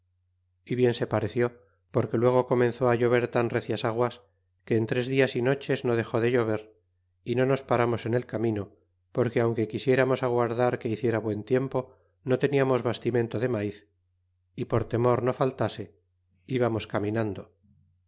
y bien se pareció porque luego comenzó llover tan recias aguas que en tres dias y noches no dexó de llover y no nos paramos en el camino porque aunque quisiéramos aguardar que hiciera buen tiempo no teniamos bastimento de maiz y por temor no faltase íbamos caminando